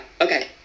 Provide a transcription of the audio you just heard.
Okay